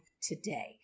today